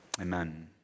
amen